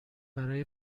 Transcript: برای